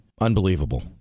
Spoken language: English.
Unbelievable